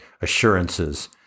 assurances